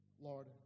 Lord